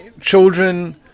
Children